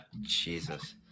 Jesus